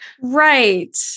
Right